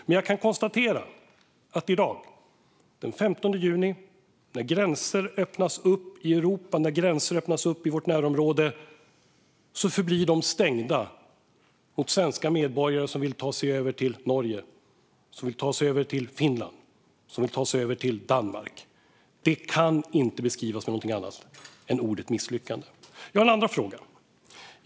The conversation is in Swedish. Men jag kan konstatera att i dag, den 15 juni, när gränser öppnas upp i Europa och i vårt närområde, förblir de stängda för svenska medborgare som vill ta sig över till Norge, till Finland och till Danmark. Det kan inte beskrivas med någonting annat än ordet misslyckande. Jag har en andra fråga.